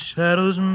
Shadows